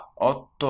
otto